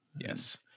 Yes